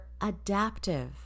adaptive